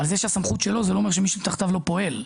זה שהסמכות שלו לא אומר שמי שמתחתיו לא פועל.